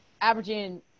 averaging